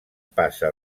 passa